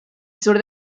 sur